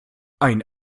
ein